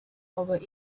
over